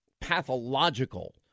pathological